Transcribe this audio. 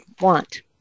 want